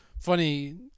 Funny